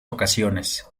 ocasiones